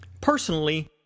Personally